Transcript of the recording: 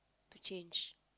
to change